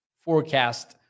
forecast